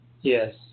Yes